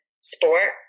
sport